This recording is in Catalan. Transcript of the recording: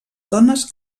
dones